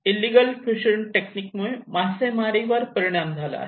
illegal fishing technique मुळे मासेमारीवर परिणाम झाला आहे